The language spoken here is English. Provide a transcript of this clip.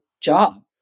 job